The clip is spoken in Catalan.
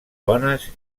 bones